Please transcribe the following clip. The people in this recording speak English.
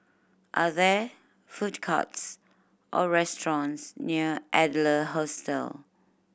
are there food courts or restaurants near Adler Hostel